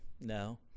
No